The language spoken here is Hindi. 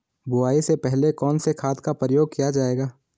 बुआई से पहले कौन से खाद का प्रयोग किया जायेगा?